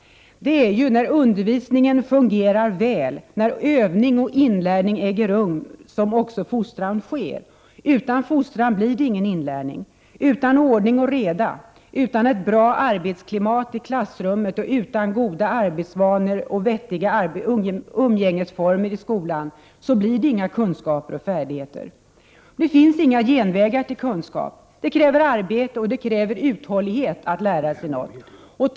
Det är när undervisningen fungerar väl, när övning och inlärning äger rum, som fostran också sker. Utan fostran blir det ingen inlärning. Utan ordning och reda, utan ett bra arbetsklimat i klassrummet och utan goda arbetsvanor och vettiga umgängesformer i skolan blir det inga kunskaper och färdigheter. Det finns inga genvägar till kunskap. Det kräver arbete och uthållighet att lära sig något.